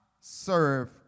serve